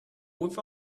with